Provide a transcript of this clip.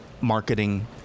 marketing